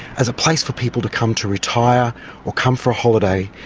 as a place for people to come to retire or come for a holiday.